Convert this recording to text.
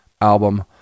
album